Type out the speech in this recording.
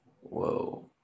Whoa